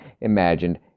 imagined